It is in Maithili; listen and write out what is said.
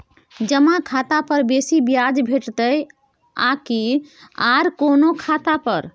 जमा खाता पर बेसी ब्याज भेटितै आकि आर कोनो खाता पर?